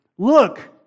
look